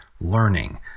learning